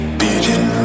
beating